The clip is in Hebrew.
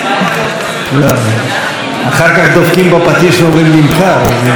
לא, אחר כך דופקים בפטיש ואומרים: נמכר.